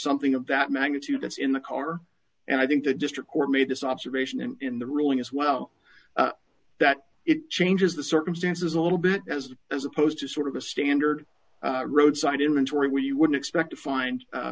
something of that magnitude gets in the car and i think the district court made this observation and in the ruling as well that it changes the circumstances a little bit as as opposed to sort of a standard roadside inventory where you would expect to find